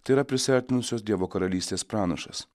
tai yra prisiartinusios dievo karalystės pranašas